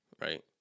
right